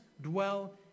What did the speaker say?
dwell